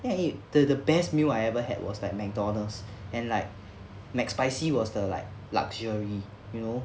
then I eat the the best meal I ever had was like McDonald's and like mac spicy was the like luxury